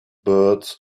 birds